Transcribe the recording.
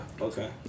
Okay